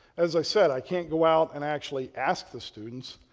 as i said, i can't go out and actually ask the students.